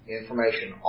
information